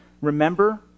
Remember